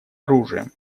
оружием